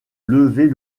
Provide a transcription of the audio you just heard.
lever